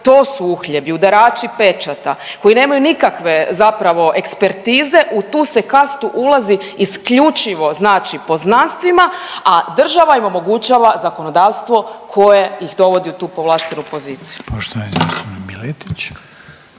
To su uhljebi udarači pečata koji nemaju nikakve zapravo ekspertize. U tu se kastu ulazi isključivo znači poznanstvima, a država im omogućava zakonodavstvo koje ih dovodi u tu povlaštenu poziciju. **Reiner, Željko